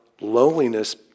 Loneliness